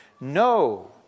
No